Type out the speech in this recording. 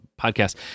podcast